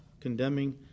condemning